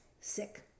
Sick